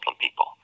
people